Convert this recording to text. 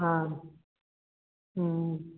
हाँ